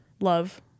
Love